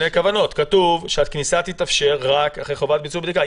כתוב שהכניסה תתאפשר רק אחרי חובת ביצוע בדיקה.